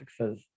says